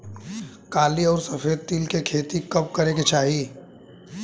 काली अउर सफेद तिल के खेती कब करे के चाही?